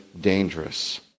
dangerous